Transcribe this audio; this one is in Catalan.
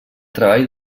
treball